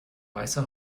weiße